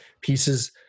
pieces